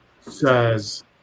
says